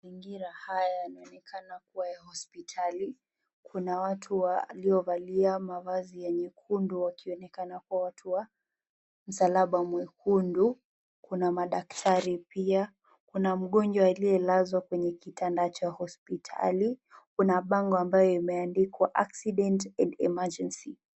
Mazingira haya yanaonekana kuwa ya hospitali, Kuna watu waliovalia mafasi ya nyekundu wakionekana kuwa watu wa msalaba mwekundu, Kuna madaktari pia, Kuna mgonjwa aliyelazwa kwenye kitanda cha hospitali, Kuna bango ambayo imeandikwa " Accident and Emergency".